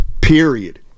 Period